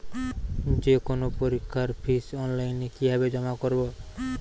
যে কোনো পরীক্ষার ফিস অনলাইনে কিভাবে জমা করব?